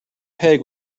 peg